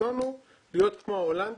הרצון הוא להיות כמו ההולנדים,